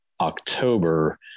October